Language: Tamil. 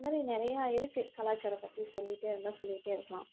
இது மாதிரி நிறையா இருக்குது கலாச்சாரம் பற்றி சொல்லிகிட்டே இருந்தால் சொல்லிகிட்டே இருக்கலாம்